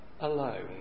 alone